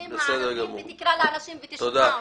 היישובים הערביים, נקרא לאנשים ותשמע אותם.